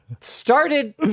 started